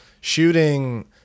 shooting